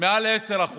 מעל 10%,